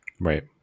right